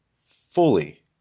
fully